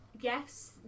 yes